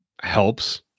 helps